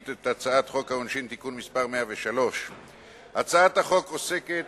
את הצעת חוק העונשין (תיקון מס' 103). הצעת החוק עוסקת